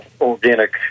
organic